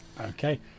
okay